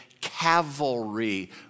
cavalry